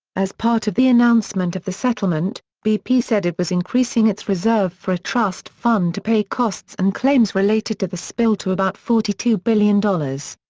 as part of the announcement of the settlement, bp said it was increasing its reserve for a trust fund to pay costs and claims related to the spill to about forty two billion dollars.